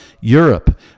Europe